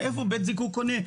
מאיפה בית הזיקוק קונה,